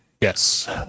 yes